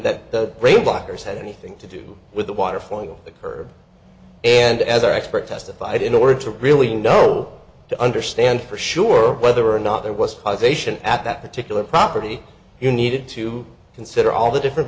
that the brain blockers had anything to do with the water falling off the curb and as our expert testified in order to really know to understand for sure whether or not there was causation at that particular property you needed to consider all the different